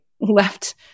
left